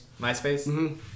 MySpace